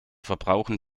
verbrauchen